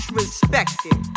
respected